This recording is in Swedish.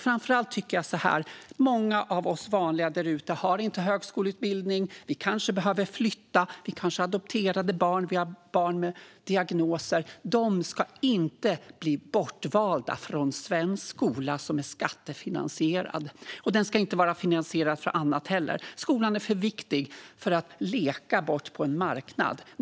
Framför allt tycker jag så här: Många av oss vanliga där ute har inte högskoleutbildning. Vi kanske behöver flytta. Vi kanske har adopterade barn, och vi kanske har barn med diagnoser. De ska inte bli bortvalda från svensk skola, som är skattefinansierad. Den ska inte heller finansieras på annat sätt. Skolan är för viktig för att lekas bort på en marknad.